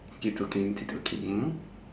keep talking keep talking